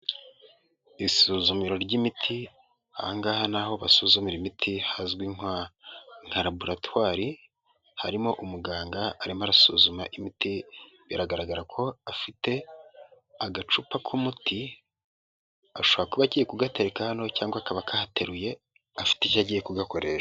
Isuzumiro ry'imiti, ahangaha ni aho basuzumira imiti, hazwi nka laboratwari, harimo umuganga, arimo arasuzuma imiti, biragaragara ko afite agacupa k'umuti agiye ku gatereka hano cyangwa akaba akahateruye, afite icyo agiye kugakoresha.